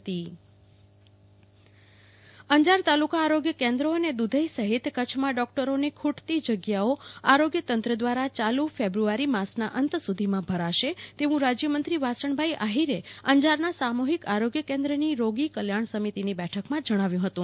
કલ્પના શાહ રાજ્યમંત્રી વાસણભાઈ આહીર અંજાર તાલુકા આરોગ્ય કેન્દ્રો અને દુધઇ સહિત કચ્છમાં ડોકટરોની ખૂટતી જગ્યાઓ આરોગ્ય તંત્ર દ્વારા ફેબ્રુઆરી માસના અંત સુધીમાં ભરાશે તેવું રાજયમંત્રી વાસણભાઇ આહીરે અંજારના સામૂહિક આરોગ્ય કેન્દ્રની રોગી કલ્યાણ સમિતિની બેઠકમાં જણાવ્યું હતું